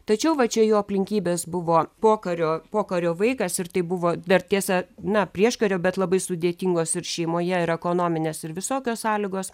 tačiau va čia jo aplinkybės buvo pokario pokario vaikas ir tai buvo dar tiesa na prieškario bet labai sudėtingos ir šeimoje ir ekonominės ir visokios sąlygos